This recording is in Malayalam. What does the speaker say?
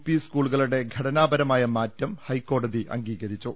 പി സ്കൂളുകളുടെ ഘടനാപര മായ മാറ്റം ഹൈക്കോടതി അംഗീകരിച്ചു